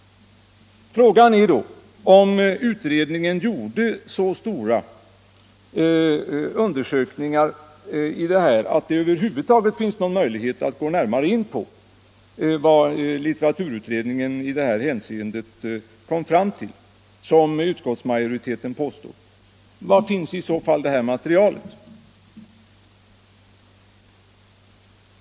Frågan är då om utredningen gjorde så stora ansträngningar på denna punkt som utskottsmajoriteten påstår. Var finns i så fall det materialet?